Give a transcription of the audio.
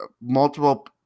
multiple